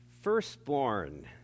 Firstborn